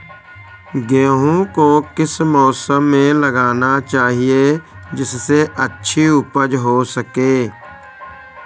गेहूँ को किस मौसम में लगाना चाहिए जिससे अच्छी उपज हो सके?